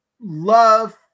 love